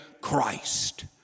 Christ